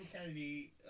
Kennedy